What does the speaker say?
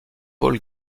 paul